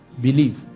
believe